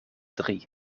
drie